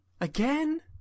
Again